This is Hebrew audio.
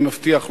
אני מבטיח לו.